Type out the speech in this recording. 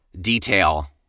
detail